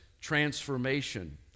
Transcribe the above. transformation